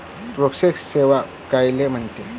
Forex सेवा कायले म्हनते?